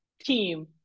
team